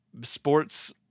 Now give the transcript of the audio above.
sports